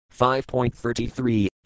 5.33